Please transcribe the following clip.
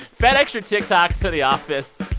fedex your tiktoks to the office.